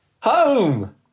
Home